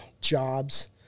jobs